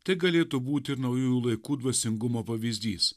tai galėtų būti naujųjų laikų dvasingumo pavyzdys